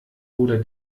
oder